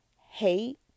hate